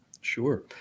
Sure